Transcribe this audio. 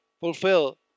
fulfill